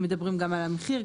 מדברים גם על המחיר,